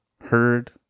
heard